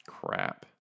crap